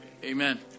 Amen